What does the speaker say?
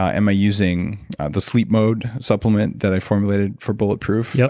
am i using the sleep mode supplement that i formulated for bulletproof? yeah